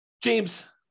James